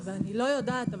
אני לא יודעת,